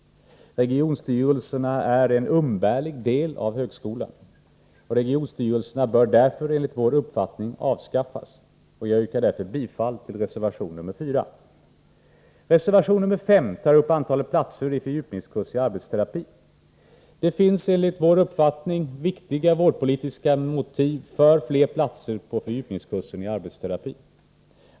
Regionstyrelserna är en umbärlig del av högskolan. Regionstyrelserna bör därför enligt vår uppfattning avskaffas, varför jag yrkar bifall till reservation nr 4. Reservation nr 5 tar upp antalet platser i fördjupningskurs i arbetsterapi. Det finns enligt vår uppfattning viktiga vårdpolitiska motiv för fler platser på fördjupningskursen i arbetsterapi.